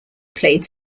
played